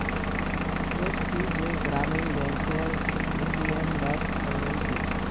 सोच छि जे ग्रामीण बैंकेर ए.टी.एम रद्द करवइ दी